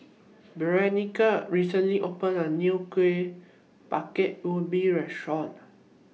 Berenice recently opened A New Kueh Bingka Ubi Restaurant